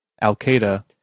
al-Qaeda